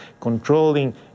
controlling